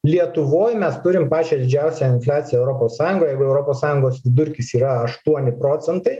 lietuvoj mes turim pačią didžiausią infliaciją europos sąjungoj jeigu europos sąjungos vidurkis yra aštuoni procentai